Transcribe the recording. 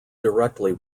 directly